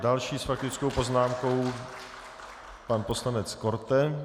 Další s faktickou poznámkou pan poslanec Korte.